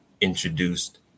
introduced